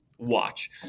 watch